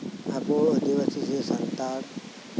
ᱟᱵᱚ ᱟᱹᱫᱤᱵᱟᱹᱥᱤ ᱥᱮ ᱥᱟᱱᱛᱟᱞ